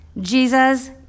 Jesus